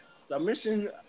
Submission